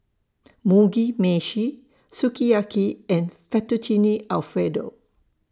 Mugi Meshi Sukiyaki and Fettuccine Alfredo